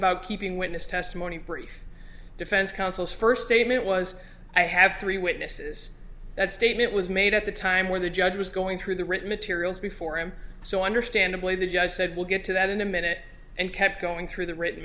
about keeping witness testimony brief defense counsel first statement was i have three witnesses that statement was made at the time where the judge was going through the written materials before him so understandably the judge said we'll get to that in a minute and kept going through the written